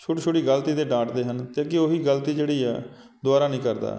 ਛੋਟੀ ਛੋਟੀ ਗਲਤੀ 'ਤੇ ਡਾਂਟਦੇ ਹਨ ਤਾਂ ਕੀ ਉਹੀ ਗਲਤੀ ਜਿਹੜੀ ਆ ਦੁਬਾਰਾ ਨਹੀਂ ਕਰਦਾ